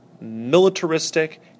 militaristic